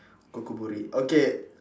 okay